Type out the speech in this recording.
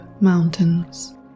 mountains